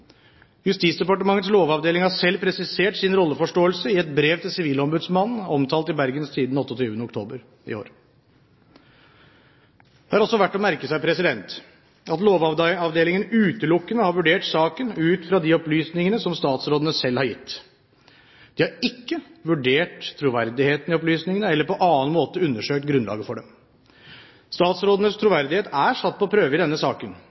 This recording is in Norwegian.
Justisdepartementets lovavdeling har selv presisert sin rolleforståelse i et brev til sivilombudsmannen omtalt i Bergens Tidende 28. oktober i år. Det er også verdt å merke seg at Lovavdelingen utelukkende har vurdert saken ut fra de opplysningene som statsrådene selv har gitt. De har ikke vurdert troverdigheten i opplysningene eller på annen måte undersøkt grunnlaget for dem. Statsrådenes troverdighet er satt på prøve i denne saken,